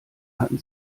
hatten